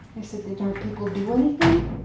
i said, didn't our people do anything?